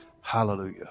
Hallelujah